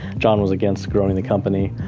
john was against growing the company.